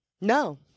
no